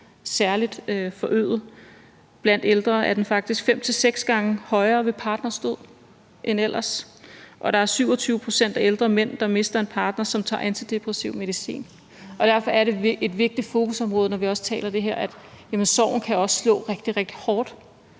særlig forøget. Blandt ældre er den faktisk 5-6 gange højere ved partners død end ellers, og 27 pct. af de ældre mænd, der har mistet en partner, tager antidepressiv medicin. Derfor er det et vigtigt fokusområde, når vi taler om det her med, at sorgen også kan slå rigtig, rigtig hårdt